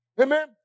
Amen